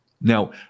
Now